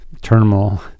terminal